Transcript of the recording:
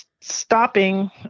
stopping